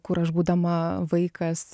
kur aš būdama vaikas